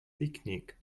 picnic